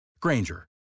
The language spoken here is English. Granger